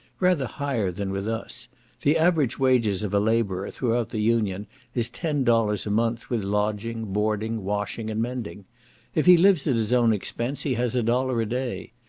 rather higher than with us the average wages of a labourer throughout the union is ten dollars a month, with lodging, boarding, washing, and mending if he lives at his own expense he has a dollar a day.